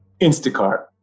Instacart